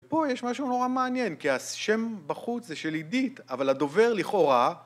פה יש משהו נורא מעניין, כי השם בחוץ זה של עידית, אבל הדובר לכאורה...